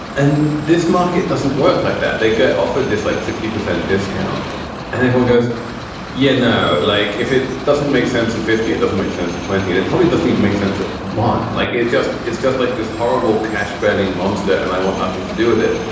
and this market doesn't work like that. they get offered this like sixty percent discount and they won't goes yeah no. like if it doesn't make sense at fifty it doesn't make sense at twenty and it probably doesn't make sense that one. it just it's just like this horrible cash burning monster and i want nothing to do with it.